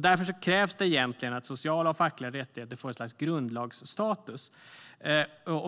Därför krävs det egentligen att sociala och fackliga rättigheter får ett slags grundlagsstatus.